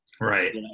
Right